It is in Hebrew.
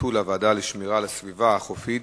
ביטול הוועדה לשמירה על הסביבה החופית